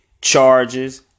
charges